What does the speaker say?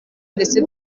ndetse